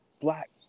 black